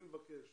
אני מבקש